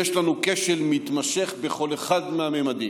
יש לנו כשל מתמשך בכל אחד מהממדים,